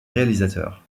réalisateur